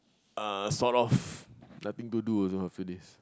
uh sort of nothing to do also after this